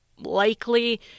likely